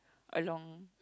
along